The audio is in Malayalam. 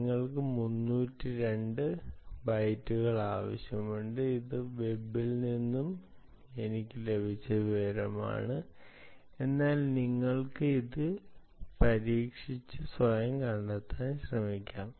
നിങ്ങൾക്ക് 302 ബൈറ്റുകൾ ആവശ്യമാണ് ഇത് വെബിൽ നിന്ന് എനിക്ക് ലഭിച്ച വിവരമാണ് എന്നാൽ നിങ്ങൾക്ക് ഇത് പരീക്ഷിച്ച് സ്വയം കണ്ടെത്താൻ ശ്രമിക്കാം